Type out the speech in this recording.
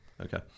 Okay